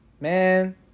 man